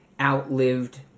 outlived